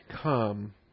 Come